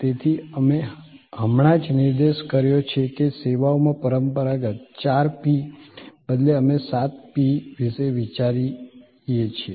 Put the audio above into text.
તેથી અમે હમણાં જ નિર્દેશ કર્યો છે કે સેવાઓમાં પરંપરાગત ચાર P ને બદલે અમે સાત P વિશે વિચારીએ છીએ